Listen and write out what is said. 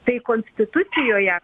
tai konstitucijoje